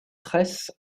presses